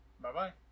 Bye-bye